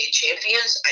champions